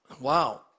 Wow